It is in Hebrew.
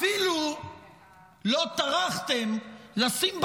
אפילו לא טרחתם לשים,